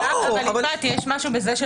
אבל, יפעת, יש משהו בזה של